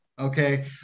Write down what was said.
okay